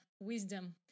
wisdom